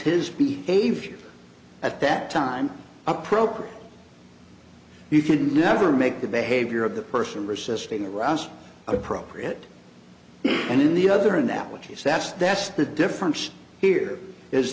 his be a view at that time appropriate you could never make the behavior of the person resisting arrest appropriate and in the other and that which is that's that's the difference here is